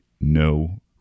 no